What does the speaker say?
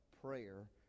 prayer